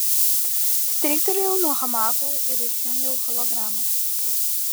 stryktelėjau nuo hamako ir išjungiau hologramas